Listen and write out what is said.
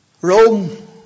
Rome